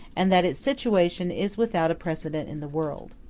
and that its situation is without a precedent in the world.